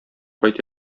кайт